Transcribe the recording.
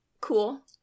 Cool